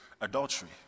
adultery